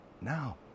now